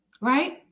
Right